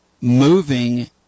moving